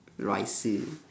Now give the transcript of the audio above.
rice